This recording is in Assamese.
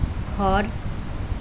ঘৰ